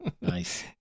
Nice